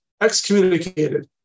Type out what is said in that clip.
excommunicated